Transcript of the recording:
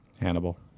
Hannibal